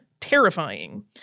terrifying